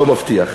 אני לא מבטיח.